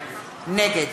נגד